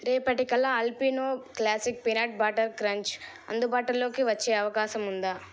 రేపటి కల్లా Alpino classic peanut butter crunch అందుబాటులోకి వచ్చే అవకాశం ఉందా